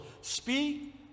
speak